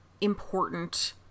important